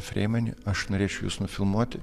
freimani aš norėčiau jus nufilmuoti